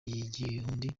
igikundi